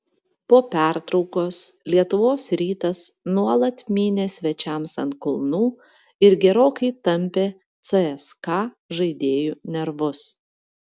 po pertraukos lietuvos rytas nuolat mynė svečiams ant kulnų ir gerokai tampė cska žaidėjų nervus